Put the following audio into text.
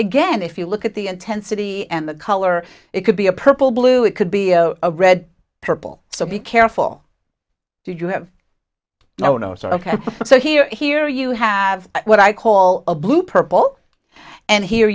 again if you look at the intensity and the color it could be a purple blue it could be a red purple so be careful do you have no notes or ok so here here you have what i call a blue purple and here